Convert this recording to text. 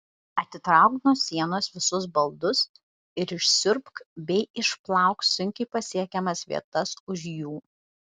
atitrauk nuo sienos visus baldus ir išsiurbk bei išplauk sunkiai pasiekiamas vietas už jų